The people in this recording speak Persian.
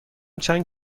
چند